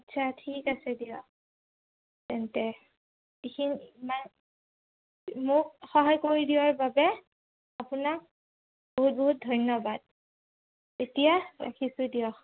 আচ্ছা ঠিক আছে দিয়ক তেন্তে সেইখিনি ইমান মোক সহায় কৰি দিয়াৰ বাবে আপোনাক বহুত বহুত ধন্যবাদ এতিয়া ৰাখিছোঁ দিয়ক